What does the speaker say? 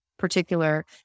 Particular